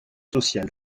social